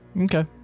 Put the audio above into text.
Okay